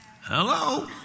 Hello